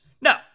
No